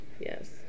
Yes